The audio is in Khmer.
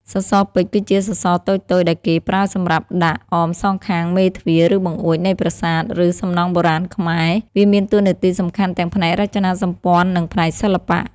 សសរពេជ្រ គឺជាសសរតូចៗដែលគេប្រើសម្រាប់ដាក់ អមសងខាងមេទ្វារ ឬបង្អួច នៃប្រាសាទ ឬសំណង់បុរាណខ្មែរ វាមានតួនាទីសំខាន់ទាំងផ្នែករចនាសម្ព័ន្ធ និងផ្នែកសិល្បៈ។